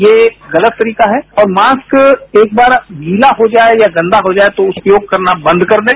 ये गलत तरीका है और मास्क एक बार गीला हो जाए या गंदा हो जाए तो उपयोग करना बंद कर दें